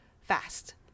fast